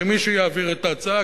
שמישהו יעביר את ההצעה,